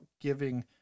giving